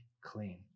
clean